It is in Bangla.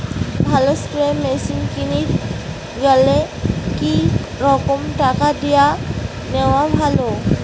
ভালো স্প্রে মেশিন কিনির গেলে কি রকম টাকা দিয়া নেওয়া ভালো?